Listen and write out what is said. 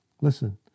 Listen